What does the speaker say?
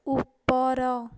ଉପର